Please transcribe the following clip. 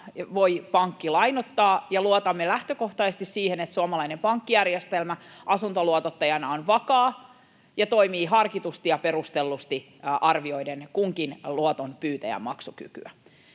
voi pankki lainoittaa, ja luotamme lähtökohtaisesti siihen, että suomalainen pankkijärjestelmä asuntoluotottajana on vakaa ja toimii harkitusti ja perustellusti arvioiden kunkin luotonpyytäjän maksukykyä.